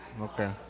Okay